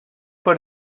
per